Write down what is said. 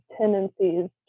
tendencies